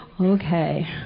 Okay